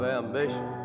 ambition